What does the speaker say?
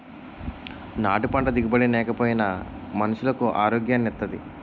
నాటు పంట దిగుబడి నేకపోయినా మనుసులకు ఆరోగ్యాన్ని ఇత్తాది